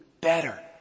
better